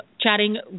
chatting